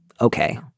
okay